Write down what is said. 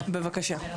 מבינים את